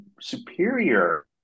superior